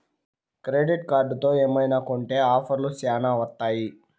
credit కార్డుతో ఏమైనా కొంటె ఆఫర్లు శ్యానా వత్తాయి